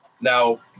Now